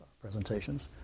Presentations